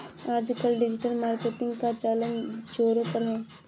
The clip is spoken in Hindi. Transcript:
आजकल डिजिटल मार्केटिंग का चलन ज़ोरों पर है